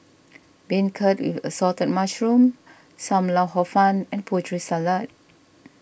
Beancurd with Assorted Mushrooms Sam Lau Hor Fun and Putri Salad